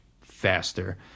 faster